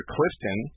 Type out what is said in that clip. Clifton